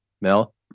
Mel